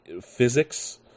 physics